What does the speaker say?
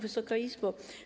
Wysoka Izbo!